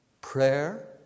Prayer